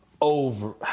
over